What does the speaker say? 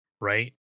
Right